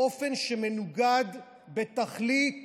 באופן שמנוגד בתכלית